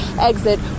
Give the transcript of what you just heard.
exit